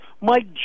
Mike